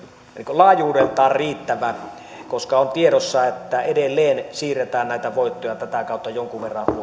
laajuudeltaan riittävä koska on tiedossa että edelleen siirretään näitä voittoja tätä kautta jonkun verran